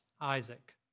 Isaac